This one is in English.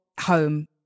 home